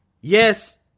yes